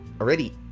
already